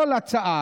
שכל הצעה,